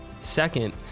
Second